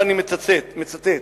ואני מצטט,